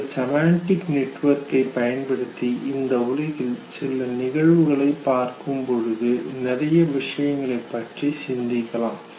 நீங்கள் செமண்டிக் நெட்வொர்க்கை பயன்படுத்தி இந்த உலகில் சில நிகழ்வுகளை பார்க்கும் பொழுது நிறைய விஷயங்களைப் பற்றி சிந்திக்கலாம்